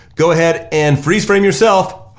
go ahead and freeze frame yourself,